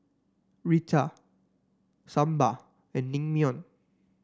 Raita Sambar and Naengmyeon